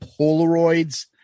Polaroids